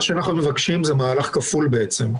מה שאנחנו מבקשים זה מהלך כפול בעצם,